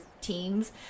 teams